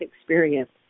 experience